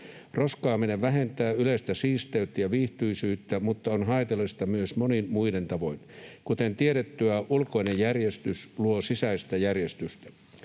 Roskaaminen vähentää yleistä siisteyttä ja viihtyisyyttä, mutta on haitallista myös monin muin tavoin. Kuten tiedettyä, ulkoinen järjestys luo sisäistä järjestystä.